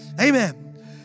Amen